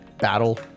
battle